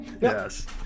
Yes